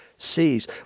Sees